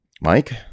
Mike